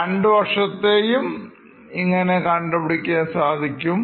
രണ്ടു വർഷത്തെയുംകണ്ടുപിടിക്കാൻ സാധിക്കും